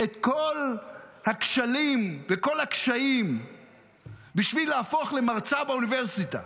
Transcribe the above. את כל הכשלים וכל הקשיים בשביל להפוך למרצה באוניברסיטה,